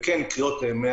וקריאות 100